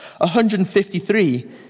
153